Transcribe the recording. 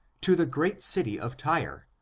to the great city of tyre,